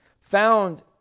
found